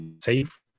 safe